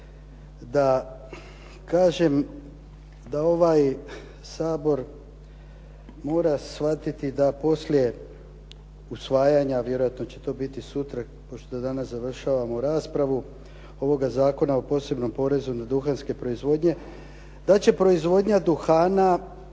da kažem da ovaj Sabor mora shvatiti da poslije usvajanja, a vjerojatno će to biti sutra pošto danas završavamo raspravu ovoga Zakona o posebnom porezu na duhanske proizvodnje, da će proizvodnja duhana